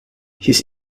his